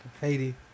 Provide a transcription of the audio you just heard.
Haiti